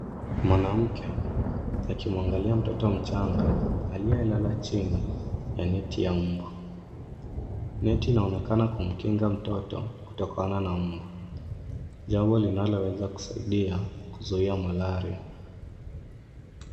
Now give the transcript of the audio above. Mwanamke akimwangalia mtoto mchanga aliye lala chini na net ya mbu. Net inaonekana kumkinga mtoto kutokana na mbu, jambo linaloweza kusaidia kuzuia malaria.